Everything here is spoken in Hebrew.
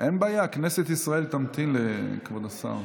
אין בעיה, כנסת ישראל תמתין לכבוד השר.